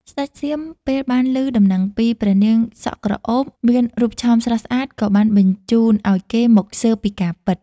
ស្តេចសៀមពេលបានឮដំណឹងពី ព្រះនាងសក់ក្រអូបមានរូបឆោមស្រស់ស្អាតក៏បានបញ្ជូនឱ្យគេមកស៊ើបពីការពិត។